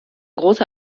große